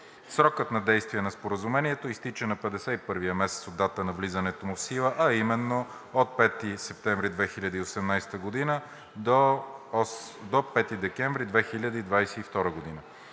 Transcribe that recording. Срокът на действие на Споразумението изтича на 51-вия месец от датата на влизането му в сила, а именно от 5 септември 2018 г. до 5 декември 2022 г.